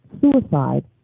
suicide